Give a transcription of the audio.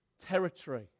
territory